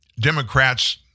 Democrats